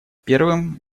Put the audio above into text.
первым